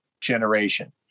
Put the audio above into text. generation